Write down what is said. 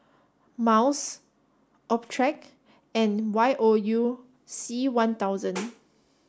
Miles Optrex and Y O U C one thousand